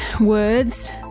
words